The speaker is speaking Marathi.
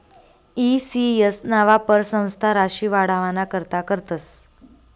ई सी.एस ना वापर संस्था राशी वाढावाना करता करतस